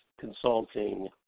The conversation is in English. consulting